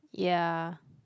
ya